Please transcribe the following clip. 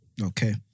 Okay